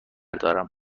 دارم